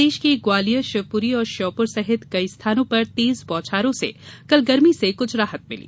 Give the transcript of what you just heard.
प्रदेश के ग्वालियर शिवपुरी और श्योपुर सहित कई स्थानों पर तेज बौछारों से कल गर्मी से कुछ राहत मिली